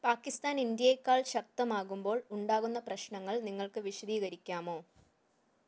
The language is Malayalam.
പാകിസ്ഥാൻ ഇന്ത്യയെക്കാൾ ശക്തമാകുമ്പോൾ ഉണ്ടാകുന്ന പ്രശ്നങ്ങൾ നിങ്ങൾക്ക് വിശദീകരിക്കാമോ